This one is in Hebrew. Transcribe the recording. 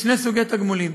יש שני סוגי תגמולים: